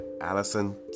Allison